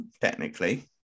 technically